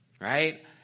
right